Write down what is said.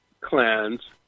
clans